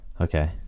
Okay